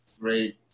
great